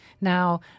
Now